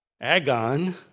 Agon